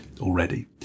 already